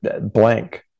blank